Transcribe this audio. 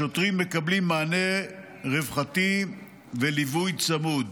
השוטרים מקבלים מענה רווחתי וליווי צמוד.